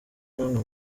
namwe